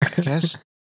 guess